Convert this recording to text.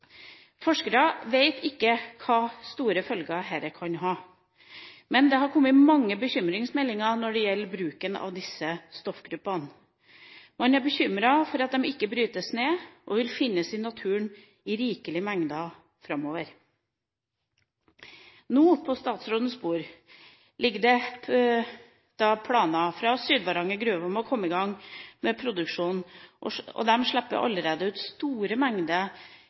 Forskere vet ikke hvilke store følger dette kan ha, men det har kommet mange bekymringsmeldinger når det gjelder bruken av disse stoffgruppene. Man er bekymret for at de ikke brytes ned, og at de vil finnes i naturen i rikelige mengder framover. På statsrådens bord ligger det nå planer fra Sydvaranger Gruve om å komme i gang med produksjonen, og de slipper allerede ut store mengder